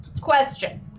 Question